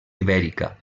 ibèrica